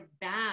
bad